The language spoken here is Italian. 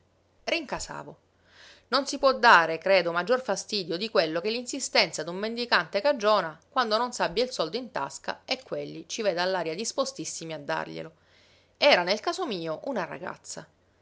rincasavo non si può dare credo maggior fastidio di quello che l'insistenza d'un mendicante cagiona quando non s'abbia il soldo in tasca e quegli ci veda all'aria dispostissimi a darglielo era nel caso mio una ragazza